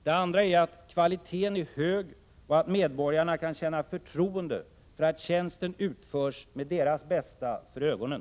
Det andra är att kvaliteten är hög och att medborgarna kan känna förtroende för att tjänsten utförs med deras bästa för ögonen.